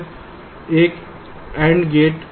फिर एक AND gate